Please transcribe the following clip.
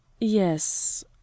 yes